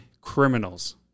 criminals